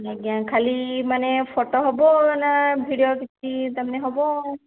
ଆଜ୍ଞା ଖାଲି ମାନେ ଫଟୋ ହବ ନା ଭିଡ଼ିଓ କିଛି ତା' ମାନେ ହବ